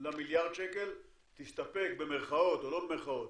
למיליארד שקל, תסתפק, במרכאות או לא במרכאות,